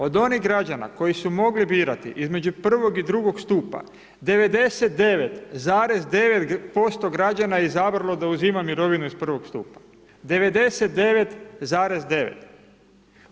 OD onih građana koji su mogli birati između prvog i drugog stupa, 99,9% građana je izabralo da uzima mirovinu iz I stupa, 99,9%